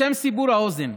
לשם סיבור האוזן,